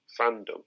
fandom